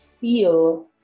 feel